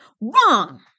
wrong